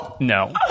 no